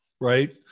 right